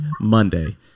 monday